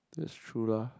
that's true lah